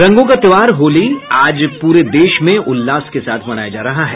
रंगों का त्योहार होली आज पूरे देश में उल्लास के साथ मनाया जा रहा है